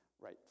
right